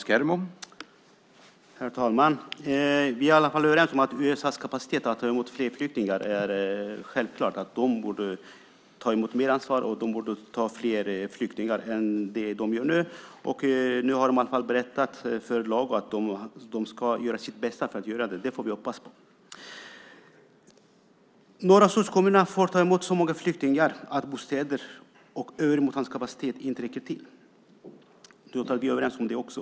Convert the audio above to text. Herr talman! Vi är i alla fall överens om USA:s kapacitet att ta emot fler flyktingar. De borde ta ett större ansvar och ta emot fler flyktingar än de gör nu. Nu har de berättat för Lago att de ska göra sitt bästa för att göra det. Det får vi hoppas på. Några kommuner får ta emot så många flyktingar att bostäder och övrig mottagningskapacitet inte räcker till. Jag tror att vi är överens om det också.